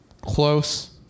close